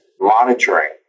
monitoring